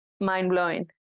mind-blowing